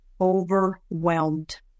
overwhelmed